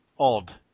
Odd